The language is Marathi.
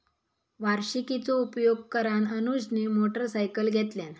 वार्षिकीचो उपयोग करान अनुजने मोटरसायकल घेतल्यान